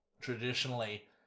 traditionally